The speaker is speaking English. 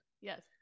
yes